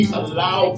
allow